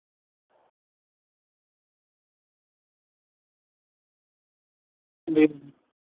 हा super fast में ॾिसो कि मुखे कमु बि कमु ते बि वंञणो आ न छवीह तारीक त हिन हिसाब सां मुखे